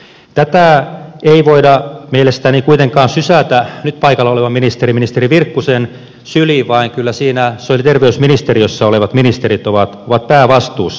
tätä ei voida mielestäni kuitenkaan sysätä nyt paikalla olevan ministerin ministeri virkkusen syliin vaan kyllä siinä sosiaali ja terveysministeriössä olevat ministerit ovat päävastuussa